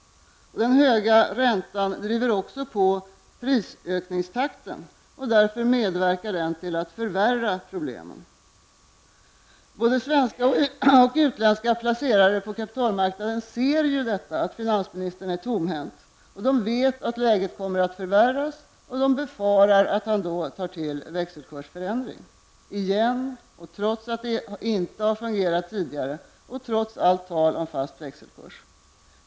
Den höga räntan driver på prisökningstakten, och medverkar därför till att förvärra problemen. Både svenska och utländska placerare på kapitalmarknaden ser att finansministern är tomhänt. De vet att läget kommer att förvärras och befarar att han då tar till växelkursförändring -- igen, trots att det inte har fungerat tidigare och trots allt tal om en fast växelkurs.